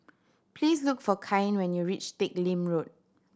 please look for Cain when you reach Teck Lim Road